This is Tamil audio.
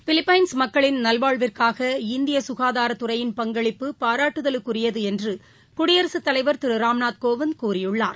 பிலிப்பைன்ஸ் மக்களின் நல்வாழ்விற்காக இந்திய சுகாதாரத்துறையின் பங்களிப்பு பாராட்டுதலுக்குரியது என்று குடியரசுத் தலைவர் திரு ராம்நாத் கோவிந்த் கூறியுள்ளார்